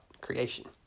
creation